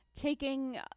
Taking